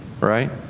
right